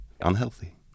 unhealthy